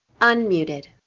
Unmuted